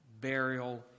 burial